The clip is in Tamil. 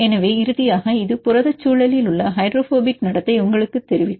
எனவே இறுதியாக இது புரதச் சூழலில் உள்ள ஹைட்ரோபோபிக் நடத்தை உங்களுக்குத் தெரிவிக்கும்